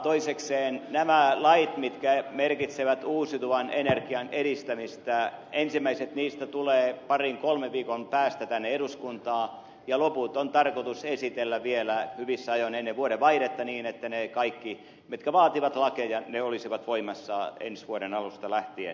toisekseen näistä laeista mitkä merkitsevät uusiutuvan energian edistämistä ensimmäiset tulevat parin kolmen viikon päästä tänne eduskuntaan ja loput on tarkoitus esitellä vielä hyvissä ajoin ennen vuodenvaihdetta niin että ne kaikki mitkä vaativat lakeja olisivat voimassa ensi vuoden alusta lähtien